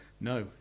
No